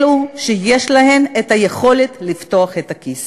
אלו שיש להן היכולת לפתוח את הכיס.